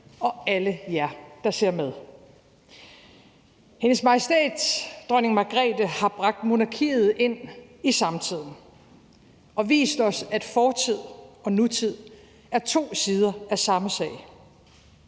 og alle jer, der ser med: Hendes Majestæt Dronning Margrethe har bragt monarkiet ind i samtiden og vist os, at fortid og nutid er to sider af samme sag.